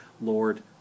Lord